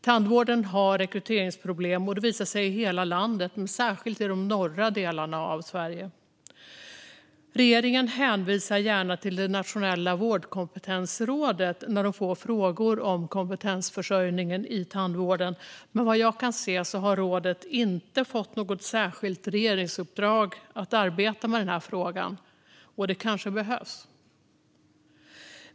Tandvården har rekryteringsproblem som visar sig i hela landet, men särskilt i de norra delarna av Sverige. Regeringen hänvisar gärna till Nationella vårdkompetensrådet när de får frågor om kompetensförsörjningen i tandvården, men vad jag kan se har rådet inte fått något särskilt regeringsuppdrag att arbeta med den här frågan. Ett sådant kanske behövs.